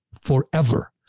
forever